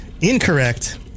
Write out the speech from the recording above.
Incorrect